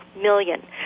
million